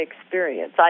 experience